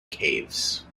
caves